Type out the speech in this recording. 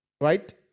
right